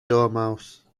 dormouse